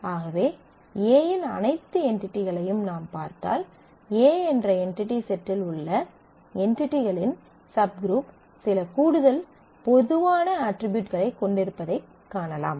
ஆகவே A இன் அனைத்து என்டிடிகளையும் நாம் பார்த்தால் A என்ற என்டிடி செட்டில் உள்ள என்டிடிகளின் சப்குருப் சில கூடுதல் பொதுவான அட்ரிபியூட்களைக் கொண்டிருப்பதைக் காணலாம்